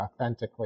authentically